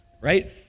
right